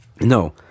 No